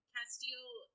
Castile